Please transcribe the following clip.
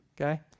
okay